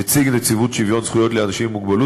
נציג נציבות שוויון זכויות לאנשים עם מוגבלות